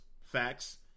Facts